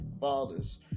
Fathers